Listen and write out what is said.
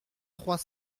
trois